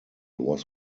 was